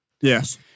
Yes